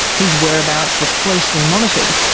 his whereabouts were closely monitored,